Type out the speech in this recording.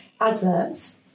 adverts